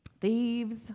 thieves